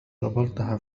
قابلتها